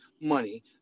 money